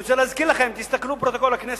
אני רוצה להזכיר לכם, תסתכלו בפרוטוקול הכנסת.